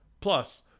Plus